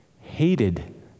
hated